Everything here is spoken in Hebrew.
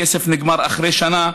הכסף נגמר אחרי שנה,